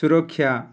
ସୁରକ୍ଷା